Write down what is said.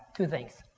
two things,